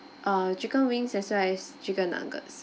uh chicken wings as well as chicken nuggets